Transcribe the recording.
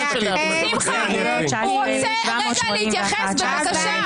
שמחה, הוא רוצה להתייחס, בבקשה.